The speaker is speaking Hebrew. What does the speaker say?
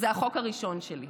זהו החוק הראשון שלי,